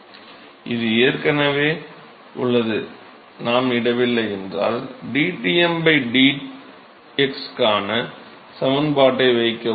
மாணவர் இது ஏற்கனவே உள்ளது நாம் இடவில்லை என்றால் dTm dx க்கான சமன்பாட்டை வைக்கவும்